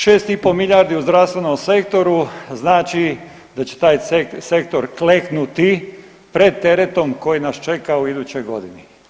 6,5 milijardi u zdravstvenom sektoru znači da će taj sektor kleknuti pred teretom koji nas čeka u idućoj godini.